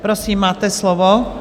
Prosím, máte slovo.